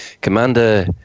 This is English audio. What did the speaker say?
Commander